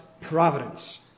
providence